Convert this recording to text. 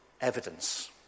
evidence